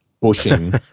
bushing